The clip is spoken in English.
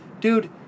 Dude